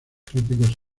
críticos